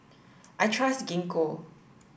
I trust Gingko